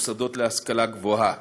המוסדות להשכלה גבוהה,